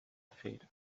feira